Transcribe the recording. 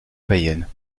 païennes